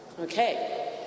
Okay